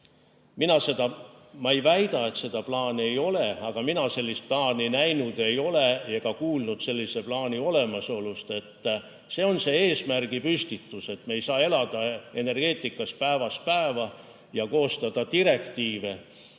Mina ei väida, et seda plaani ei ole, aga mina sellist plaani näinud ei ole ega ole ka kuulnud sellise plaani olemasolust. [Vajalik] on eesmärgi püstitus, me ei saa elada energeetikas päevast päeva ja koostada direktiive